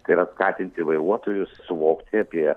tai yra skatinti vairuotojus suvokti apie